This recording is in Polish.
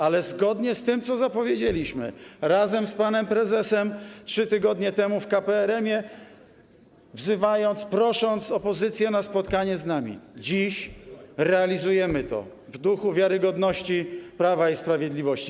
Ale zgodnie z tym, co zapowiedzieliśmy razem z panem prezesem 3 tygodnie temu w KPRM, wzywając, prosząc opozycję na spotkanie z nami, dziś realizujemy to w duchu wiarygodności Prawa i Sprawiedliwości.